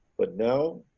but now,